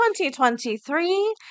2023